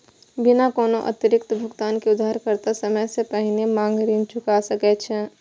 बिना कोनो अतिरिक्त भुगतान के उधारकर्ता समय सं पहिने मांग ऋण चुका सकै छै